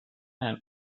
and